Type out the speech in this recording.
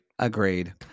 Agreed